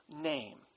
name